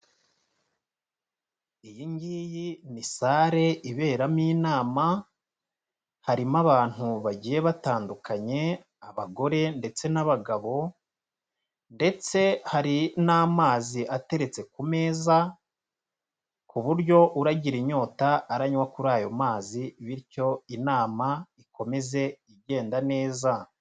Iyi ngiyi ni sale iberamo inama, harimo abantu bagiye batandukanye abagore ndetse n'abagabo, ndetse hari n'amazi ateretse ku meza ku buryo uragira inyota aranywa kuri ayo mazi bityo inama ikomeze igenda neza.